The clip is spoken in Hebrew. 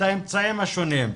האמצעים השונים.